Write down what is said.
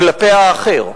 כלפי האחר,